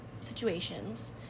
situations